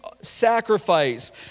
sacrifice